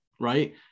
right